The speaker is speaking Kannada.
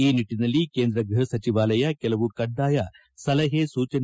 ಈ ನಿಟ್ಟಿನಲ್ಲಿ ಕೇಂದ್ರ ಗೃಹ ಸಚಿವಾಲಯ ಕೆಲವು ಕಡ್ಡಾಯ ಸಲಹೆ ಸೂಚನೆ